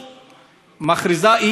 מכריזה אי-אמון בעולם,